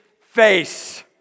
face